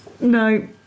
no